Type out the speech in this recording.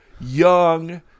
young